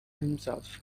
himself